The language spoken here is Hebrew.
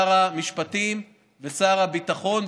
שר המשפטים ושר הביטחון,